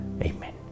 Amen